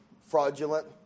fraudulent